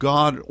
God